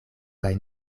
kaj